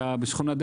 שכונה ד',